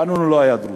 ואנונו לא היה דרוזי.